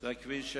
כביש שוהם,